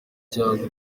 cyangwa